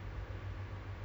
but